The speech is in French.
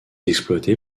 exploité